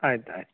ಆಯ್ತು ಆಯ್ತು